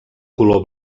color